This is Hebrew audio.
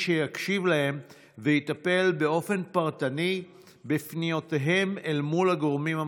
שיקשיב להם ויטפל באופן פרטני בפניותיהם אל מול הגורמים המתאימים.